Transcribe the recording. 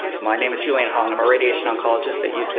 my name is julian, hauling them or radiation oncologist that, yeah